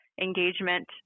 engagement